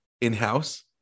in-house